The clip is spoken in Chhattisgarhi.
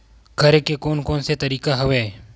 करे के कोन कोन से तरीका हवय?